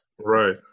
Right